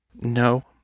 No